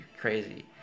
crazy